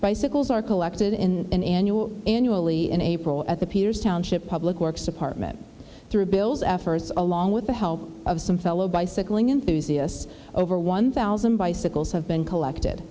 bicycles are collected in an annual annually in april at the peters township public works department through bill's efforts along with the help of some fellow bicycling enthusiasm over one thousand bicycles have been collected